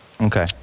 okay